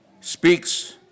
speaks